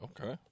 Okay